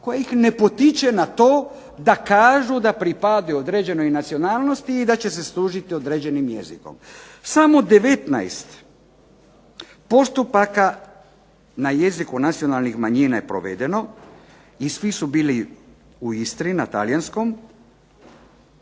koja ih ne potiče na to da kažu da pripadaju određenoj nacionalnosti i da će se služiti određenim jezikom. Samo 19 postupaka na jeziku nacionalnih manjina je provedeno i svi su bili u Istri na talijanskom.